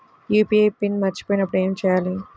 UPI PIN మరచిపోయినప్పుడు ఏమి చేయాలి?